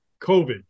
COVID